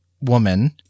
woman